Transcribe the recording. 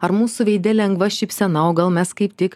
ar mūsų veide lengva šypsena o gal mes kaip tik